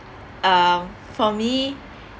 um for me